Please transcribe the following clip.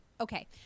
Okay